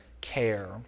care